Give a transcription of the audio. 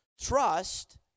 trust